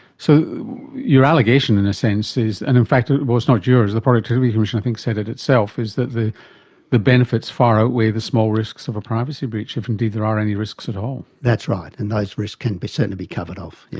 so your allegation in a sense is, and in fact, well, it's not yours, the productivity commission i think said it itself, is that the the benefits far outweigh the small risks of a privacy breach, if indeed there are any risks at all. that's right, and those risks can certainly be covered off. yeah